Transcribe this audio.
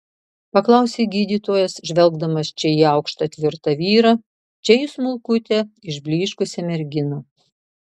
paklausė gydytojas žvelgdamas čia į aukštą tvirtą vyrą čia į smulkutę išblyškusią merginą